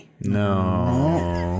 No